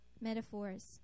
metaphors